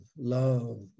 love